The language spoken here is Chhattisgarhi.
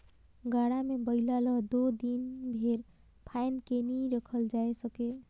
गाड़ा मे बइला ल दो दिन भेर फाएद के नी रखल जाए सके